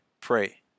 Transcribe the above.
pray